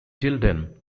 tilden